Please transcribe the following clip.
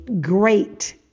great